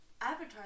Avatar